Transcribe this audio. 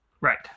Right